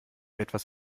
etwas